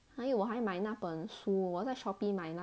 还有我还买那本书我在 shopee 买那